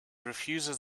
refuses